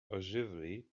ogilvy